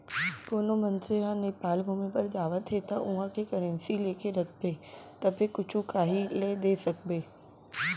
कोनो मनसे ह नेपाल घुमे बर जावत हे ता उहाँ के करेंसी लेके रखबे तभे कुछु काहीं ले दे सकबे